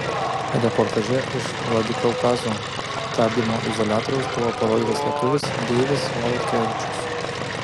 reportaže iš vladikaukazo tardymo izoliatoriaus buvo parodytas lietuvis deivis valutkevičius